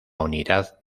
unidad